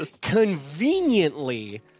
conveniently